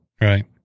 right